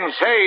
say